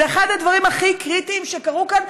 זה אחד הדברים הכי קריטיים שקרו כאן,